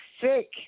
sick